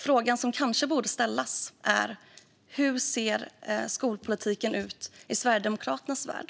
Frågan som kanske borde ställas är: Hur ser skolpolitiken ut i Sverigedemokraternas värld?